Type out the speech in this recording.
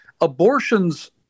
abortions